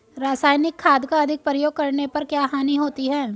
रासायनिक खाद का अधिक प्रयोग करने पर क्या हानि होती है?